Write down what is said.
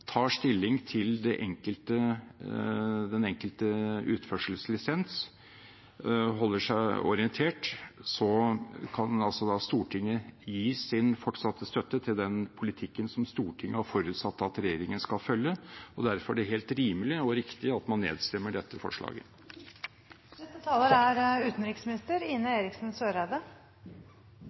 tar stilling til den enkelte utførselslisens og holder seg orientert, kan Stortinget gi sin fortsatte støtte til den politikken Stortinget har forutsatt at regjeringen skal følge. Derfor er det helt rimelig og riktig at man nedstemmer dette forslaget. Innstillinga fra komiteen viser at det er